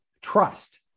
trust